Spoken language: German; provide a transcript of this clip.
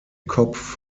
kopf